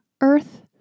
earth